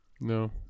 No